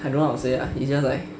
I don't know how to say lah it's just like